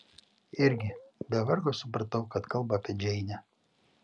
irgi be vargo supratau kad kalba apie džeinę